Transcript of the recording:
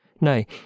Nay